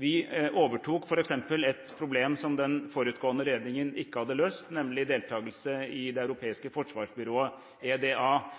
Vi overtok f.eks. et problem som den forutgående regjeringen ikke hadde løst, nemlig deltakelse i Det europeiske forsvarsbyrået, EDA.